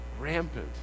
Rampant